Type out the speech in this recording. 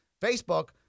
Facebook